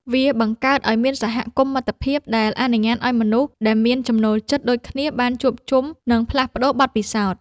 វាបង្កើតឱ្យមានសហគមន៍មិត្តភាព ដែលអនុញ្ញាតឱ្យមនុស្សដែលមានចំណូលចិត្តដូចគ្នាបានជួបជុំ និងផ្លាស់ប្តូរបទពិសោធន៍។